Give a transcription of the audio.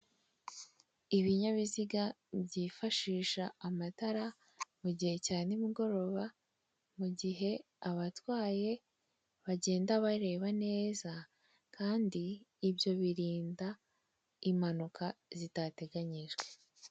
Ibinyabiziga byifashisha amatara mu gihe cya nimugoroba, mugihe abatwaye bagenda bareba neza, kandi ibyo birinda impanuka zitateganyijwe.